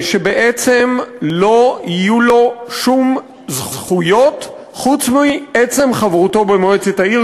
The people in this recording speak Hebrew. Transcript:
שבעצם לא יהיו לו שום זכויות חוץ מעצם חברותו במועצת העיר,